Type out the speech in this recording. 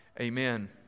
amen